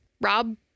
Rob